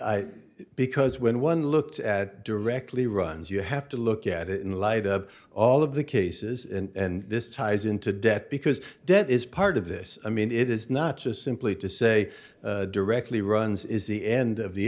me because when one looked directly runs you have to look at it in light of all of the cases and this ties into debt because debt is part of this i mean it is not just simply to say directly runs is the end of the